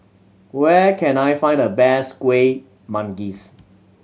where can I find the best Kueh Manggis